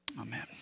Amen